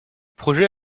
projet